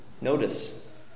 notice